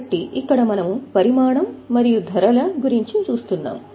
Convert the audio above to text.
కాబట్టి ఇక్కడ మనము పరిమాణం మరియు ధరల గురించి చూస్తున్నాము